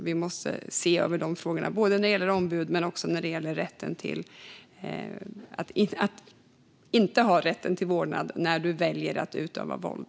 Vi måste se över frågorna om ombud och att man inte ska ha rätt till vårdnad när man väljer att utöva våld.